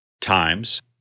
times